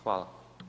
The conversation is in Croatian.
Hvala.